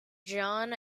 john